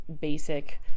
basic